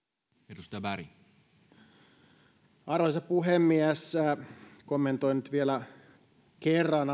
arvoisa puhemies kommentoin nyt ainakin vielä kerran